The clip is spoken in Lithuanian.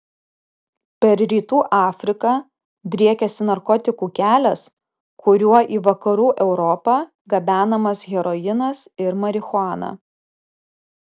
per rytų afriką driekiasi narkotikų kelias kuriuo į vakarų europą gabenamas heroinas ir marihuana